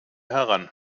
heran